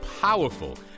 powerful